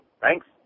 Thanks